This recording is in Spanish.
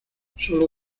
solo